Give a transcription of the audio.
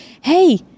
hey